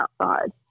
outside